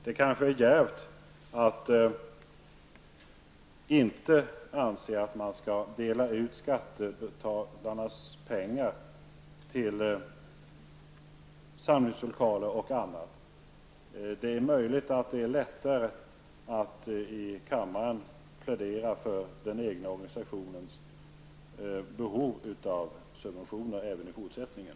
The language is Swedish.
Det kanske är djärvt att inte anse att man kan dela ut skattebetalarnas pengar till samlingslokaler och annat. Det är möjligt att det är lättare att i kammaren plädera för den egna organisationens behov av subventioner även i fortsättningen.